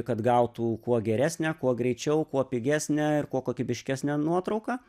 kad gautų kuo geresnę kuo greičiau kuo pigesnę ir kuo kokybiškesnę nuotrauką